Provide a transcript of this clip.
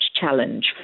challenge